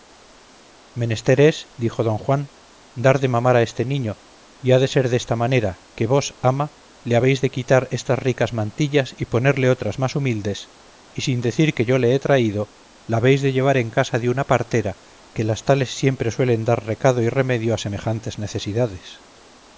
es dijo don juan dar de mamar a este niño y ha de ser desta manera que vos ama le habéis de quitar estas ricas mantillas y ponerle otras más humildes y sin decir que yo le he traído la habéis de llevar en casa de una partera que las tales siempre suelen dar recado y remedio a semejantes necesidades